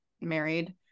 married